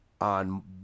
on